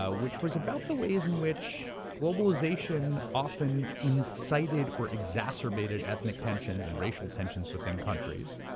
ah which was about the ways in which globalization often incited or exacerbated ethnic tensions and racial tensions within countries.